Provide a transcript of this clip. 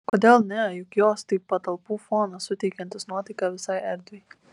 kodėl ne juk jos tai patalpų fonas suteikiantis nuotaiką visai erdvei